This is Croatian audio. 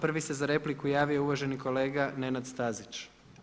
Prvi se za repliku javio uvaženi kolega Nenad Stazić.